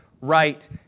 right